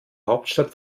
hauptstadt